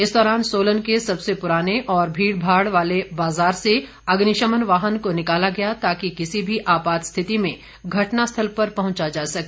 इस दौरान सोलन के सबसे पुराने और भीड़भाड़ वाले बाज़ार से अग्निशमन वाहन को निकाला गया ताकि किसी भी आपात स्थिति में घटना स्थल पर पहुंचा जा सके